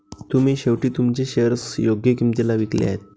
तुम्ही शेवटी तुमचे शेअर्स योग्य किंमतीला विकले आहेत